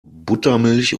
buttermilch